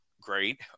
great